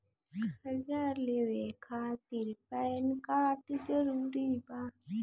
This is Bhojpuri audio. कर्जा लेवे खातिर पैन कार्ड जरूरी बा?